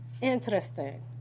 Interesting